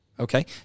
Okay